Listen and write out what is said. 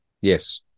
yes